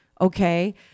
Okay